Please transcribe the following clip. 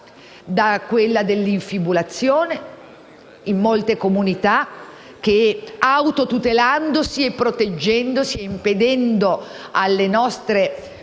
quella dell'infibulazione. Molte comunità, infatti, autotutelandosi, proteggendosi e impedendo alle nostre